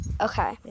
Okay